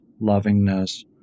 lovingness